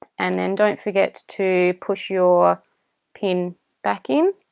and then don't forget to push your pin back in